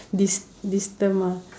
this this term lah